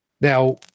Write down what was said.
Now